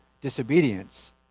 disobedience